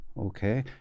Okay